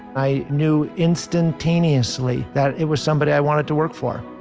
i knew instantaneously that it was somebody i wanted to work for.